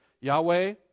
Yahweh